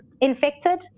infected